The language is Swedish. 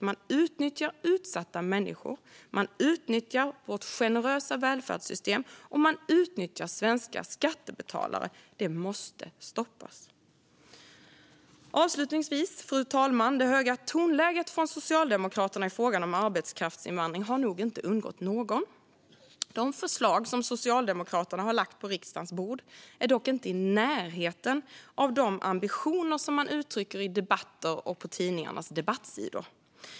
Man utnyttjar utsatta människor, man utnyttjar vårt generösa välfärdssystem och man utnyttjar svenska skattebetalare. Det måste stoppas. Fru talman! Det höga tonläget från Socialdemokraterna i frågan om arbetskraftsinvandring har nog inte undgått någon. De förslag som Socialdemokraterna har lagt på riksdagens bord är dock inte i närheten av de ambitioner som man uttrycker i debatter och på tidningarnas debattsidor.